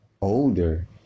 older